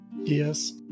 Yes